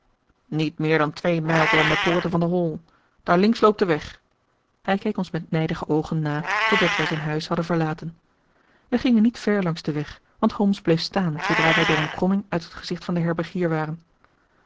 niet meer dan twee mijl tot aan de poorten van de hall daar links loopt de weg hij keek ons met nijdige oogen na totdat wij zijn huis hadden verlaten wij gingen niet ver langs den weg want holmes bleef staan zoodra wij door een kromming uit het gezicht van den herbergier waren